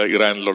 Iran